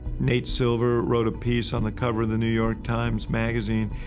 nate silver wrote a piece on the cover of the new york times magazine,